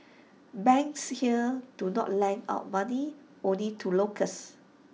banks here do not lend out money only to locals